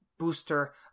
Booster